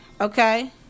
okay